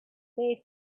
they